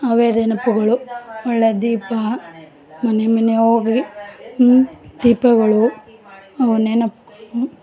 ಅವೇ ನೆನಪುಗಳು ಒಳ್ಳೆ ದೀಪ ಮನೆ ಮನೆ ಹೋಗಿ ದೀಪಗಳು ಅವು ನೆನಪು